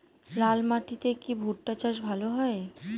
লাল মাটিতে কি ভুট্টা চাষ ভালো হয়?